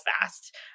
fast